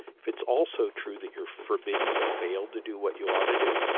it's also true that you're forbidden to fail to do what you ought to do,